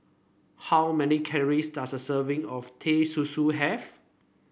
how many calories does a serving of Teh Susu have